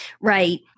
Right